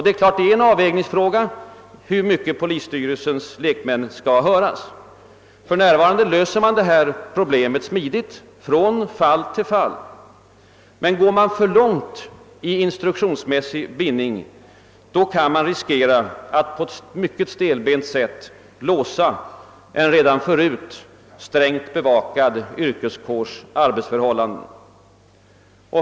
Det är naturligtvis en avvägningsfråga hur mycket polisstyrelsens lekmän skall höras. För närvarande löses det problemet smidigt från fall till fall. Går man för långt i instruktionsmässig bindning kan man riskera att på ett mycket stelbent sätt låsa en redan förut strängt bevakad yrkeskårs arbetsförhållanden.